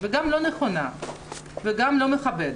גם לא נכונה וגם לא מכבדת,